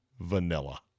vanilla